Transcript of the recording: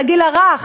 לגיל הרך.